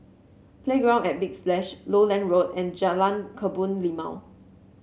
Playground at Big Splash Lowland Road and Jalan Kebun Limau